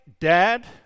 dad